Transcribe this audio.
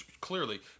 clearly